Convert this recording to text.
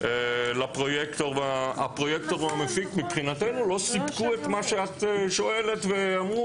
הפרויקטור או המפיק מבחינתנו לא סיפקו את מה שאת שואלת עליו,